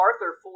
Arthur